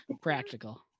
Practical